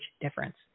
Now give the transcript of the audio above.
difference